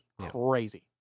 crazy